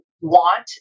want